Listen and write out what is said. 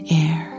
air